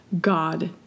God